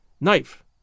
Knife